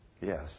Yes